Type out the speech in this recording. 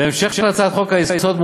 בהמשך להצעת חוק-היסוד,